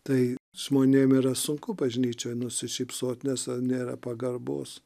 tai žmonėm yra sunku bažnyčioj nusišypsot nes nėra pagarbos